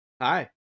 hi